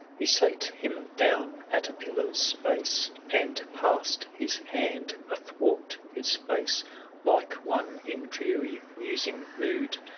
he sate him down at a pillar's base, and passed his hand athwart his face like one in dreary musing mood.